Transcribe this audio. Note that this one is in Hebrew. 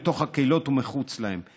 בתוך הקהילות ומחוצה להן.